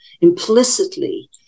implicitly